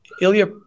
Ilya